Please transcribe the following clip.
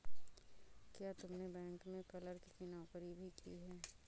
क्या तुमने बैंक में क्लर्क की नौकरी भी की है?